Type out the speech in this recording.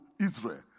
Israel